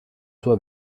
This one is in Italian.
sua